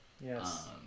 yes